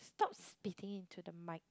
stop spitting into the mic